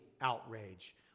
outrage